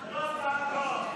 לא הצעת חוק.